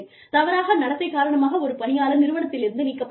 தவறான நடத்தை காரணமாக ஒரு பணியாளர் நிறுவனத்திலிருந்து நீக்கப் படுகிறார்